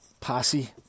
Posse